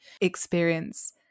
experience